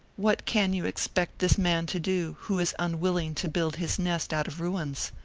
what can you expect this man to do who is unwilling to build his nest out of ruins?